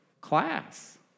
class